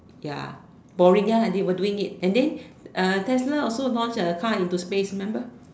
ya Boeing ya they were doing it and then Tesla also launched a car into space remember